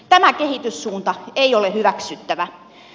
tämä kehityssuunta ei ole hyväksyttävä